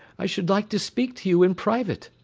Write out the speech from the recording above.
i should like to speak to you in private.